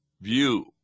view